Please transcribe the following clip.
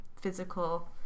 physical